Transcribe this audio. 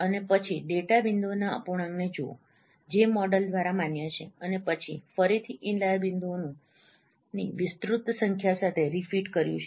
અને પછી ડેટા બિંદુઓના અપૂર્ણાંકને જુઓ જે મોડેલ દ્વારા માન્ય છે અને પછી ફરીથી ઇનલાઈર બિંદુઓની વિસ્તૃત સંખ્યા સાથે તેને રિફિટ કર્યું છે